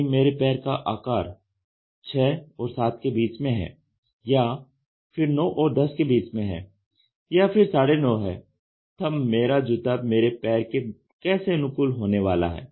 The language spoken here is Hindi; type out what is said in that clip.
यदि मेरे पैर का आकार 6 और 7 के बीच में है या फिर 9 और 10 के बीच में है या फिर साढ़े नौ है तब मेरा जूता मेरे पैर के कैसे अनुकूल होने वाला है